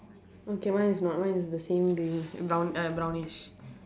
okay mine is not mine is the same they brown uh brownish